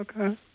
Okay